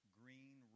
green